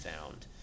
found